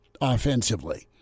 offensively